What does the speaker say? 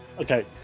okay